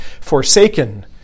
forsaken